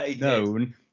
known